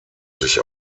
sich